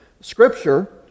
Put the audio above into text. scripture